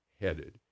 headed